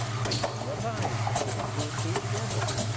by using one's eyes and putting two and two together.